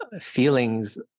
feelings